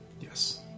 Yes